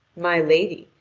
my lady,